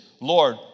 Lord